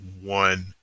one